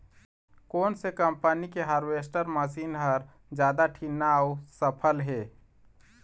कोन से कम्पनी के हारवेस्टर मशीन हर जादा ठीन्ना अऊ सफल हे?